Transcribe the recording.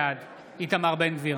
בעד איתמר בן גביר,